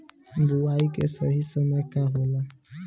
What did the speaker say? बुआई के सही समय का होला?